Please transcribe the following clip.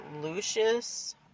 Lucius